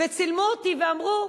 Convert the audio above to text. וצילמו אותי ואמרו: